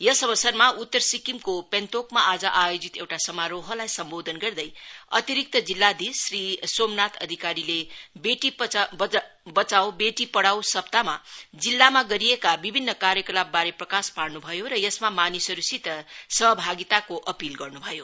यस अवसरमा उत्तर सिक्किमको पेन्तोकमा आज आयोजित एउटा समारोहलाई सम्बोधन गर्दै अतिरिक्त जिल्लाधीश श्री सोमनाथ अधिकारीले बेटी बचाऊ बेटी पढाउँ सप्ताहमा जिल्लामा गरिएका विभिन्न कार्यकलापबारे प्रकाश पार्नु भयो र यसमा मानिसहरूसित सहभागिताको अपील गर्नु भयो